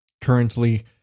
currently